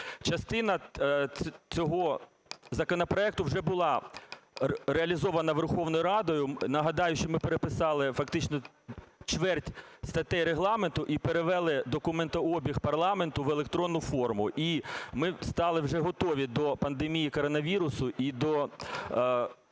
Частина цього законопроекту вже була реалізована Верховною Радою. Нагадаю, що ми переписали фактично чверть статей Регламенту і перевели документообіг парламенту в електронну форму. І ми стали вже готові до пандемії коронавірусу і до